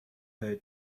her